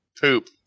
poop